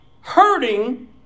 hurting